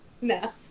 no